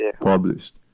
published